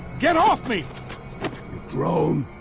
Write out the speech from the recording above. get off me! you've grown,